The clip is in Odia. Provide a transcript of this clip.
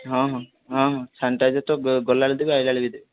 ହଁ ହଁ ହଁ ହଁ ସାନିଟାଇଜର୍ ତ ଗଲାବେଳେ ଦେବେ ଆସିଲାବେଳେ ବି ଦେବେ